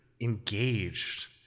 engaged